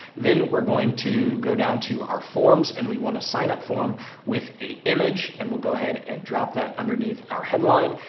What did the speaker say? then we're going to go down to our forms and we want to sign up form with a image and we'll go ahead and drop that underneath our headline.